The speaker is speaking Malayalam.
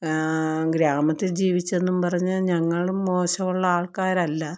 ഗ്രാമത്തിൽ ജീവിച്ചെന്നുംപറഞ്ഞ് ഞങ്ങളും മോശമുള്ള ആൾക്കാരല്ല